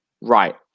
right